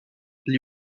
lui